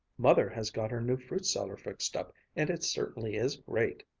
mother has got her new fruit cellar fixed up, and it certainly is great.